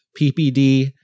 PPD